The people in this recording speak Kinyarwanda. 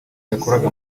yakoraga